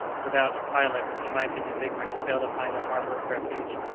without a pilot, he might in his ignorance fail to find a harbour of refuge.